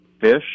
fish